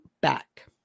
back